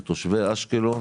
שתושבי אשקלון